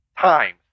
times